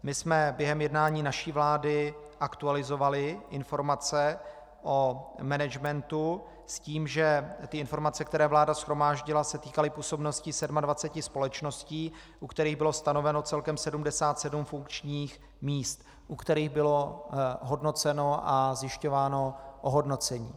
My jsme během jednání naší vlády aktualizovali informace o managementu s tím, že informace, které vláda shromáždila, se týkaly působnosti 27 společností, u kterých bylo stanoveno celkem 77 funkčních míst, u kterých bylo hodnoceno a zjišťováno ohodnocení.